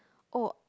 oh